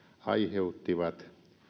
aiheuttivat